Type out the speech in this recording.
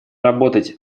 работать